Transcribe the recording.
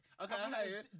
okay